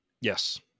Yes